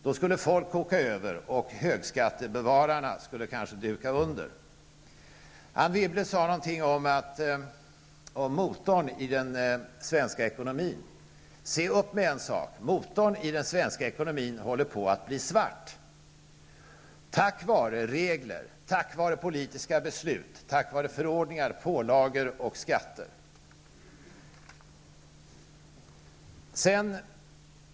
Då skulle folk koka över, och högskattebevararna skulle kanske duka under. Anne Wibble sade någonting om motorn i den svenska ekonomin. Se upp med en sak: Motorn i den svenska ekonomin håller på att bli svart på grund av regler, politiska beslut, förordningar, pålagor och skatter.